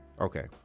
Okay